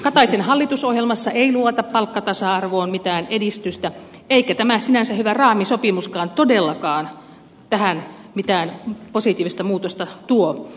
kataisen hallitusohjelmassa ei luvata palkkatasa arvoon mitään edistystä eikä tämä sinänsä hyvä raamisopimuskaan todellakaan tähän mitään positiivista muutosta tuo